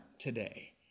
today